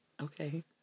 okay